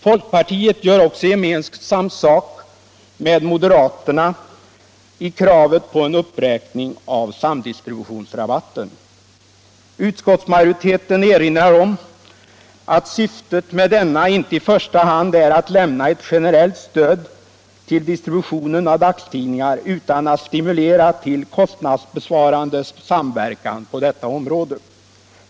Folkpartiet gör också gemensam sak med moderaterna i kravet på en uppräkning av samdistributionsrabatten. Utskottsmajoriteten erinrar om att syftet med denna inte i första hand är att lämna ett generellt stöd till distributionen av dagstidningar, utan att stimulera till kostnadsbesparande samverkan på detta område.